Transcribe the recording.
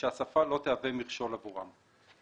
ושהשפה לא תהווה מכשול עבורם.